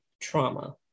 trauma